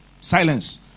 Silence